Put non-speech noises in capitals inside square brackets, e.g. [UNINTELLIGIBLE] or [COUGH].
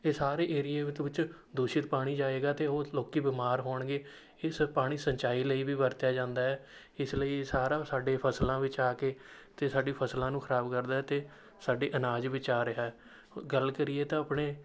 ਇਹ ਸਾਰੇ ਏਰੀਏ [UNINTELLIGIBLE] ਵਿੱਚ ਦੂਸ਼ਿਤ ਪਾਣੀ ਜਾਏਗਾ ਅਤੇ ਉਹ ਲੋਕ ਬਿਮਾਰ ਹੋਣਗੇ ਇਸ ਪਾਣੀ ਸਿੰਚਾਈ ਲਈ ਵੀ ਵਰਤਿਆ ਜਾਂਦਾ ਹੈ ਇਸ ਲਈ ਇਹ ਸਾਰਾ ਸਾਡੇ ਫ਼ਸਲਾਂ ਵਿੱਚ ਆ ਕੇ ਅਤੇ ਸਾਡੀ ਫ਼ਸਲਾਂ ਨੂੰ ਖਰਾਬ ਕਰਦਾ ਏ ਅਤੇ ਸਾਡੇ ਅਨਾਜ ਵਿੱਚ ਆ ਰਿਹਾ ਗੱਲ ਕਰੀਏ ਤਾਂ ਆਪਣੇ